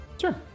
sure